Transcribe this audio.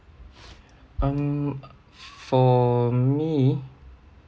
um for me